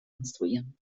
konstruieren